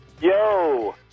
Yo